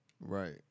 Right